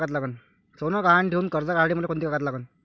सोनं गहान ठेऊन कर्ज काढासाठी मले कोंते कागद लागन?